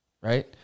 right